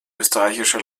österreichische